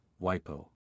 WIPO